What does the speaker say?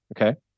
Okay